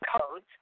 codes